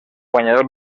guanyador